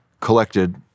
collected